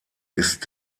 ist